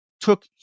took